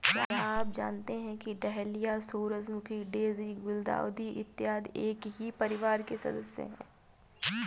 क्या आप जानते हैं कि डहेलिया, सूरजमुखी, डेजी, गुलदाउदी इत्यादि एक ही परिवार के सदस्य हैं